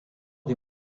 des